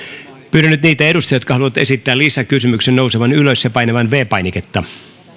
pyydän nyt niitä edustajia jotka haluavat esittää lisäkysymyksen nousemaan ylös ja painamaan viides painiketta